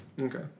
Okay